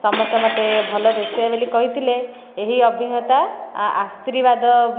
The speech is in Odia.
ସମସ୍ତେ ମୋତେ ଭଲ ରୋଷେୟିଆ ବୋଲି କହିଥିଲେ ଏହି ଅଭିଜ୍ଞତା ଓ ଆଶ୍ରୀବାଦ